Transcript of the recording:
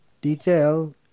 detail